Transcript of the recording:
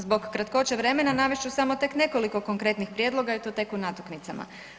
Zbog kratkoće vremena navest ću tek nekoliko konkretnih prijedloga i to tek u natuknicama.